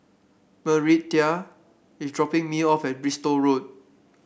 Marietta is dropping me off at Bristol Road